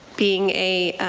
being a